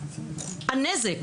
הנזק